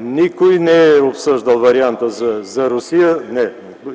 Заявихте го! ПЕТЪР ДИМИТРОВ: